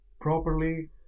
properly